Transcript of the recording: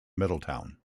middletown